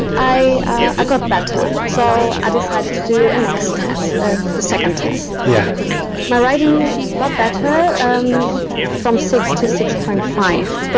i ah got better so i decided to do a next test the second test yeah my writing got better from six to six point five but